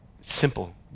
Simple